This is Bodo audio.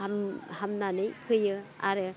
हामनानै फैयो आरो